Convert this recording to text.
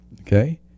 Okay